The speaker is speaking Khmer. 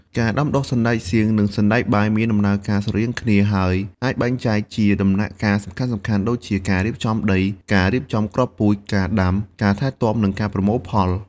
ការដាំដុះសណ្ដែកសៀងនិងសណ្ដែកបាយមានដំណើរការស្រដៀងគ្នា ហើយអាចបែងចែកជាដំណាក់កាលសំខាន់ៗដូចជា ការរៀបចំដី ការរៀបចំគ្រាប់ពូជ ការដាំ ការថែទាំ និងការប្រមូលផល។